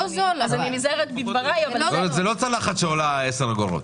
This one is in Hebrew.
זו לא צלחת שעולה 10 אגורות.